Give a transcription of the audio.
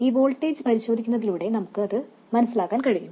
ഈ വോൾട്ടേജ് പരിശോധിക്കുന്നതിലൂടെ നമുക്ക് അത് മനസ്സിലാക്കാൻ കഴിയും